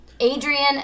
Adrian